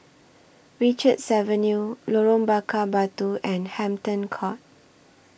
Richards Avenue Lorong Bakar Batu and Hampton Court